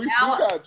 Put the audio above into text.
now